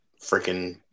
freaking